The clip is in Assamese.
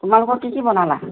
তোমালোকৰ কি কি বনালা